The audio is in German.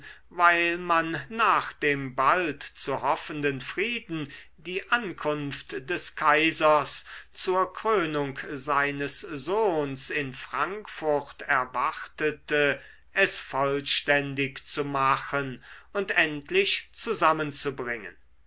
weil man nach dem bald zu hoffenden frieden die ankunft des kaisers zur krönung seines sohns in frankfurt erwartete es vollständig zu machen und endlich zusammenzubringen